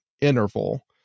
interval